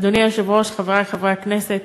אדוני היושב-ראש, חברי חברי הכנסת,